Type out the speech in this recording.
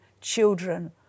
children